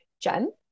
Jen